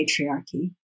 patriarchy